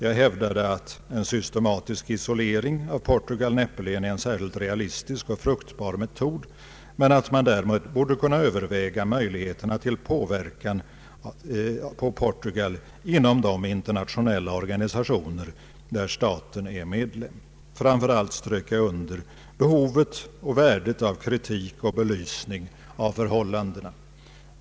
Jag hävdade att en systematisk isolering av Portugal näppeligen är en realistisk och fruktbar metod, men att man däremot borde kunna överväga möjligheterna till påverkan på Portugal inom de internationella organisationer där staten är medlem. Framför allt strök jag under behovet och värdet av kritik och belysning av förhållandena.